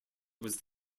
was